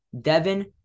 Devin